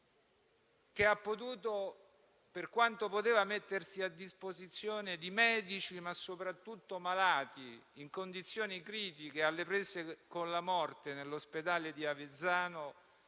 che ha potuto, per quanto poteva, mettersi a disposizione di medici e soprattutto di malati in condizioni critiche, alle prese con la morte nell'ospedale di Avezzano,